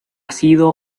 sido